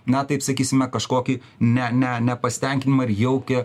na taip sakysime kažkokį ne ne nepasitenkinimą ir jaukia